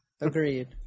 Agreed